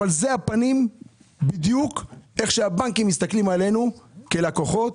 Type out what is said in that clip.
אבל זה הפנים בדיוק איך שהבנקים מסתכלים עלינו כלקוחות.